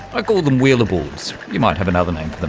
i call them wheel-aboards, you might have another name for them,